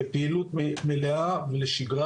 לפעילות מלאה ולשגרה,